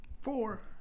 Four